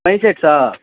पैंसठि सए